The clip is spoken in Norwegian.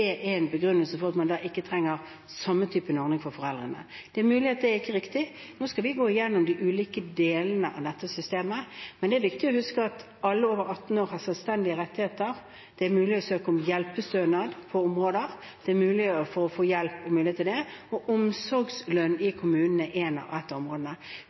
ikke er riktig. Nå skal vi gå igjennom de ulike delene av dette systemet. Men det er viktig å huske at alle over 18 år har selvstendige rettigheter. Det er mulig å søke om hjelpestønad på en del områder, og det er mulig å få hjelp til det. Omsorgslønn i kommunene er ett av disse områdene.